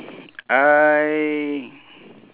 I